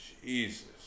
Jesus